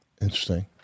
Interesting